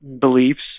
beliefs